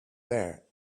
there